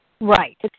Right